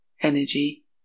energy